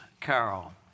Carol